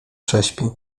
prześpi